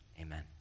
Amen